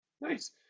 Nice